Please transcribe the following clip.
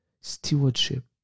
stewardship